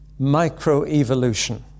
microevolution